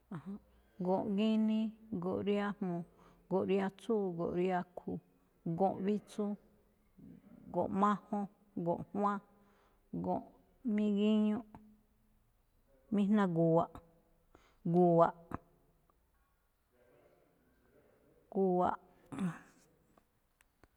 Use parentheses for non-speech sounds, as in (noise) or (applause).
Go̱nꞌ ginii, go̱nꞌ riajmu̱u̱, go̱nꞌ riatsúu, go̱nꞌ riakhu̱, go̱nꞌ vitsu, (noise) go̱nꞌ majun, go̱nꞌ juwan, go̱nꞌ migiñu, mijnagu̱wa̱ꞌ, gu̱wa̱ꞌ, (noise) gu̱wa̱ꞌ. (noise)